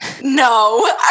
No